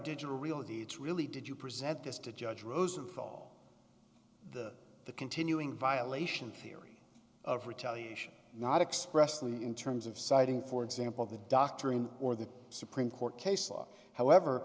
digital reality it's really did you present this to judge rosenthal the the continuing violation theory of retaliation not expressed in terms of citing for example the doctoring or the supreme court case law however